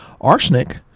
Arsenic